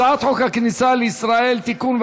הצעת חוק הכניסה לישראל (תיקון,